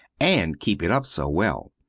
and keep it up so well.